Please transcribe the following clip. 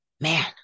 man